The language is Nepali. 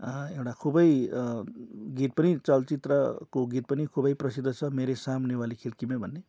एउटा खुबै गीत पनि चलचित्रको गीत पनि सुबै प्रसिद्ध छ मेरे सामने वाली खिड्की मे भन्ने